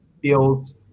build